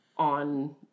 On